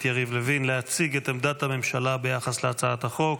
יריב לוין להציג את עמדת הממשלה ביחס להצעת החוק.